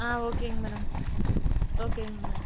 ஆ ஓகேங்க மேடம் ஓகேங்க மேடம்